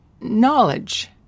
knowledge